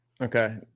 Okay